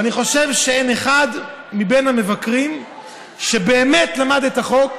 ואני חושב שאין אחד מבין המבקרים שבאמת למד את החוק,